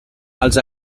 els